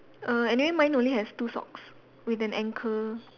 err anyway mine only have two socks with an anchor